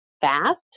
fast